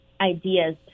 ideas